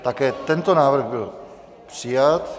Také tento návrh byl přijat.